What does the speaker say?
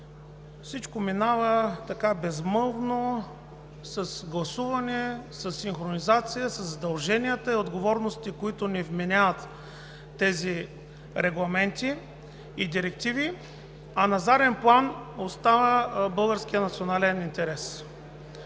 всичко минава безмълвно, с гласуване, със синхронизация, със задълженията и отговорностите, които ни вменяват тези регламенти и директиви, а на заден план остава българският национален интерес.